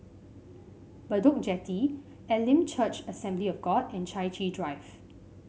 Bedok Jetty Elim Church Assembly of God and Chai Chee Drive